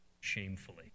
shamefully